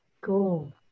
cool